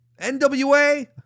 NWA